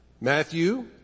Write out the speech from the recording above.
Matthew